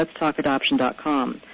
letstalkadoption.com